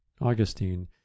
Augustine